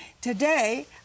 today